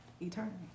Eternity